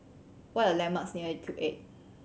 what are the landmarks near Cube Eight